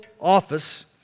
Office